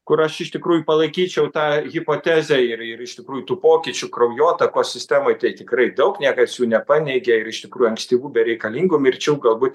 kur aš iš tikrųjų palaikyčiau tą hipotezę ir ir iš tikrųjų tų pokyčių kraujotakos sistemoj tai tikrai daug niekas jų nepaneigė ir iš tikrų ankstyvų bereikalingų mirčių galbūt